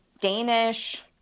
Danish